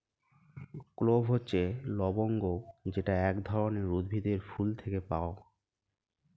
clove হচ্ছে লবঙ্গ যেটা এক ধরনের উদ্ভিদের ফুল থেকে পাওয়া